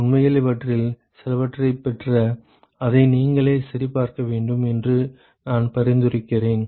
உண்மையில் இவற்றில் சிலவற்றைப் பெற்று அதை நீங்களே சரிபார்க்க வேண்டும் என்று நான் பரிந்துரைக்கிறேன்